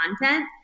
content